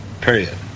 period